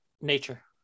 Nature